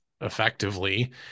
effectively